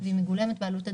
והיא מגולמת בעלות הדירה,